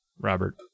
Robert